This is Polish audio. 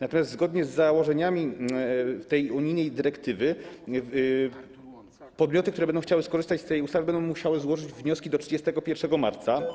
Natomiast zgodnie z założeniami tej unijnej dyrektywy podmioty, które będą chciały skorzystać z tej ustawy, będą musiały złożyć wnioski do 31 marca.